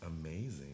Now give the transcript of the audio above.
amazing